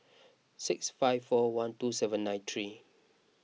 six five four one two seven nine three